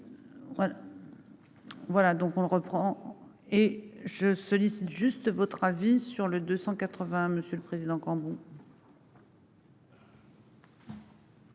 Voilà donc on le reprend et je sollicite juste votre avis sur le 280. Monsieur le Président quand bon.